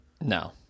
No